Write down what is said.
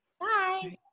Bye